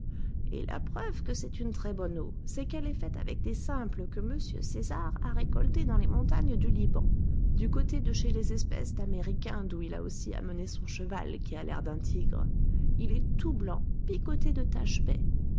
et la preuve que c'est une très-bonne eau c'est qu'elle est faite avec des simples que m césar a récoltés dans les montagnes du liban du côté de chez les espèces d'américains d'où il a aussi amené son cheval qui a l'air d'un tigre il est tout blanc picoté de taches baies